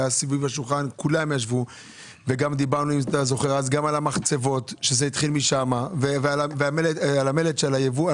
כולם ישבו סביב השולחן וגם דיברנו על המחצבות ועל המלט של הייבוא.